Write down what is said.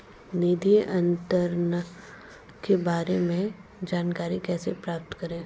निधि अंतरण के बारे में जानकारी कैसे प्राप्त करें?